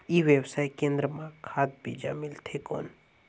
ई व्यवसाय केंद्र मां खाद बीजा मिलथे कौन?